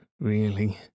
really